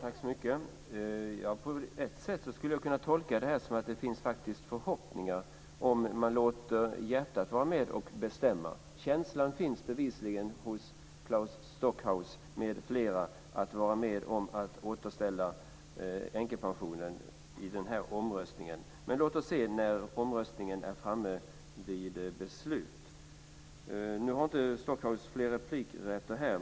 Fru talman! På ett sätt skulle jag kunna tolka det som att det finns förhoppningar om man låter hjärtat vara med och bestämma. Känslan finns bevisligen hos Claes Stockhaus m.fl. att vara med om att återställa änkepensionen i omröstningen. Låt oss se när omröstningen är framme vid beslut. Nu har inte Claes Stockhaus någon mer replikrätt.